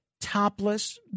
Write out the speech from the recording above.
topless